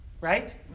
right